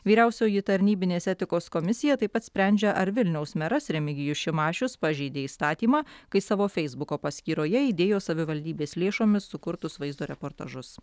vyriausioji tarnybinės etikos komisija taip pat sprendžia ar vilniaus meras remigijus šimašius pažeidė įstatymą kai savo feisbuko paskyroje įdėjo savivaldybės lėšomis sukurtus vaizdo reportažus